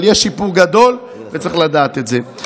אבל יש שיפור גדול, וצריך לדעת את זה.